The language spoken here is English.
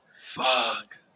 Fuck